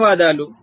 ధన్యవాదాలు